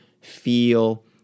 feel